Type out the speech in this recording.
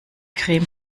creme